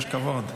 יש כבוד.